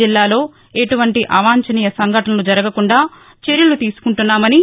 జిల్లాలో ఎటువంటి అవాంఛనీయ ఘటనలు జరగకుండా చర్యలు తీసుకుంటున్నామని